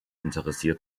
interessiert